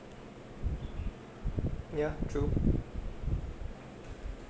ya true